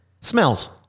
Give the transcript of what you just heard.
smells